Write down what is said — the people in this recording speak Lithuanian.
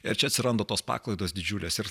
ir čia atsiranda tos paklaidos didžiulės ir